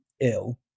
ill